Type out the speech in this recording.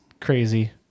crazy